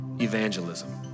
evangelism